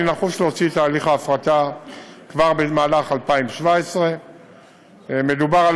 אני נחוש להוציא לפועל את תהליך ההפרטה כבר במהלך 2017. מדובר על